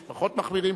יש פחות מחמירים,